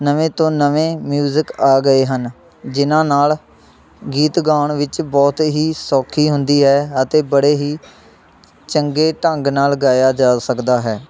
ਨਵੇਂ ਤੋਂ ਨਵੇਂ ਮਿਊਜ਼ਿਕ ਆ ਗਏ ਹਨ ਜਿਨ੍ਹਾਂ ਨਾਲ਼ ਗੀਤ ਗਾਉਣ ਵਿੱਚ ਬਹੁਤ ਹੀ ਸੌਖੀ ਹੁੰਦੀ ਹੈ ਅਤੇ ਬੜੇ ਹੀ ਚੰਗੇ ਢੰਗ ਨਾਲ਼ ਗਾਇਆ ਜਾ ਸਕਦਾ ਹੈ